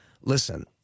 Listen